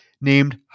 named